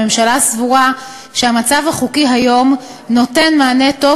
הממשלה סבורה שהמצב החוקי היום נותן מענה טוב